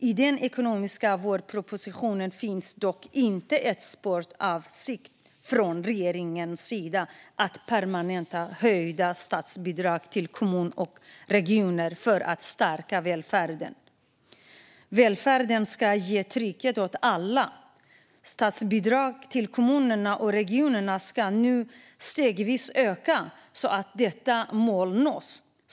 I den ekonomiska vårpropositionen finns dock inte ett spår av avsikt från regeringens sida att permanent höja statsbidragen till kommuner och regioner för att stärka välfärden. Välfärden ska ge trygghet åt alla. Statsbidragen till kommunerna och regionerna ska nu stegvis öka så att detta mål nås.